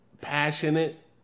passionate